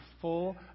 full